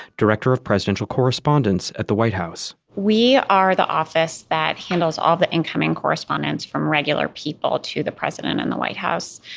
director of presidential correspondence at the white house we are the office that handles all the incoming correspondence from regular people to the president and the white house.